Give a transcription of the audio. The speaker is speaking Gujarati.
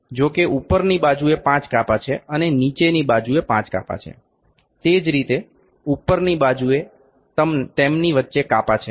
જો કે ઉપરની બાજુ એ 5 કાપા છે અને નીચેની બાજુએ કાપા છે તે જ રીતે ઉપરની બાજુએ તેમની વચ્ચે કાપા છે